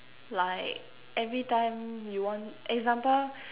like every time you want example